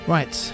Right